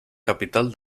capital